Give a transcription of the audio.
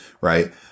right